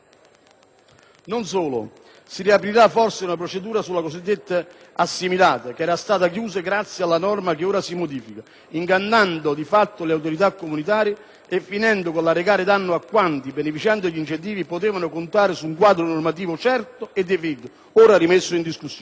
Non solo, si riaprirà forse una procedura sulle cosiddette assimilate che era stata chiusa grazie alla norma che ora si modifica, ingannando di fatto le autorità comunitarie e finendo con l'arrecare danno a quanti, beneficiando degli incentivi, potevano contare su un quadro normativo certo e definito, ora rimesso in discussione.